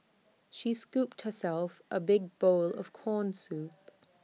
she scooped herself A big bowl of Corn Soup